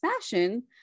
fashion